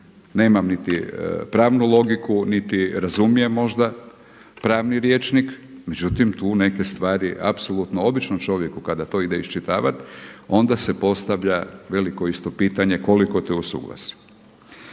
nemam niti pravnu logiku, niti razumijem možda pravni rječnik. Međutim, tu neke stvari apsolutno, obično čovjek kada to ide iščitavat onda se postavlja veliko isto pitanje koliko je to u suglasju.